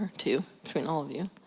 two? between all of you.